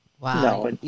Wow